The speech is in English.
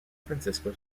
francisco